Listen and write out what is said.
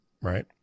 Right